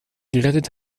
gerettet